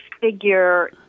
figure